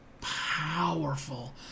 powerful